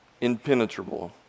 impenetrable